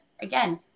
again